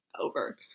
over